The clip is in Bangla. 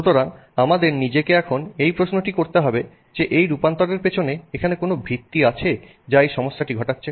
সুতরাং আমাদের নিজেকে এখন এই প্রশ্নটি করতে হবে যে এই রূপান্তরের পেছনে এখানে কি কোন ভিত্তি আছে যা এই সমস্যাটি ঘটাচ্ছে